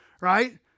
right